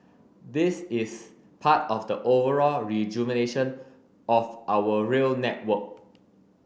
this is part of the overall rejuvenation of our rail network